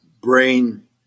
brain